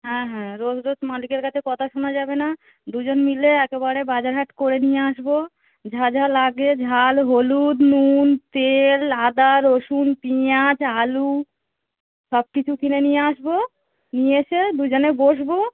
হ্যাঁ হ্যাঁ রোজ রোজ মালিকের কাছে কথা শোনা যাবে না দুজন মিলে একেবারে বাজার হাট করে নিয়ে আসব যা যা লাগে ঝাল হলুদ নুন তেল আদা রসুন পেঁয়াজ আলু সবকিছু কিনে নিয়ে আসব নিয়ে এসে দুজনে বসব